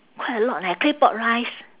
quite a lot leh claypot rice